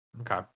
Okay